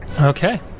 Okay